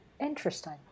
Interesting